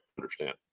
understand